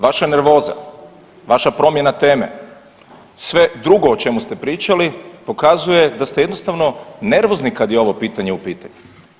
Vaša nervoza, vaša promjena teme, sve drugo o čemu ste pričali pokazuje da ste jednostavno nervozni kad je ovo pitanje u pitanju.